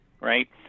right